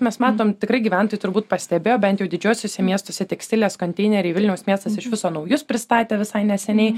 mes matom tikrai gyventojai turbūt pastebėjo bent jau didžiuosiuose miestuose tekstilės konteineriai vilniaus miestas iš viso naujus pristatė visai neseniai